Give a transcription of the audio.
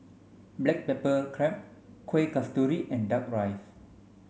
black pepper crab Kuih Kasturi and duck rice